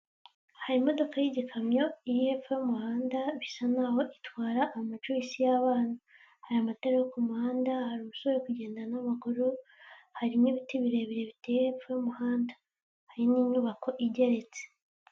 Hari imodoka y'igikamyo iri hepfo y'umuhanda bisa naho itwara amajuyisi y'abana, hari amatara yo ku muhanda hari umusore uri kugenda n'amaguru, hari n'ibiti birebire biteye hepfo y'umuhanda, hari n'inyubako igeretse.